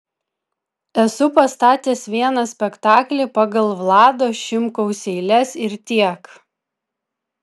esu pastatęs vieną spektaklį pagal vlado šimkaus eiles ir tiek